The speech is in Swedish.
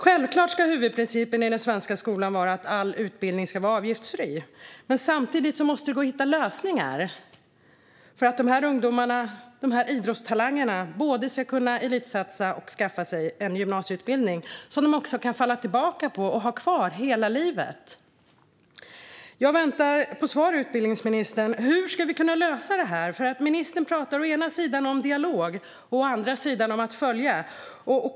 Självklart ska huvudprincipen i den svenska skolan vara att all utbildning ska vara avgiftsfri. Men samtidigt måste det också gå att hitta lösningar för att dessa idrottstalanger ska kunna både elitsatsa och skaffa sig en gymnasieutbildning som de kan falla tillbaka på senare i livet. Jag väntar på svar från utbildningsministern. Hur ska detta lösas? Ministern talar å ena sidan om dialog, å andra sidan om att följa frågan.